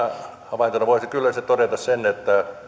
havaintona voisi kyllä sitten todeta sen että